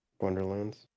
Wonderlands